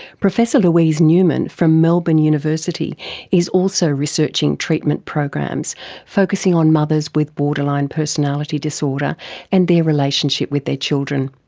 professor louise newman from melbourne university is also researching treatment programs focussing on mothers with borderline personality disorder and their relationship with their children.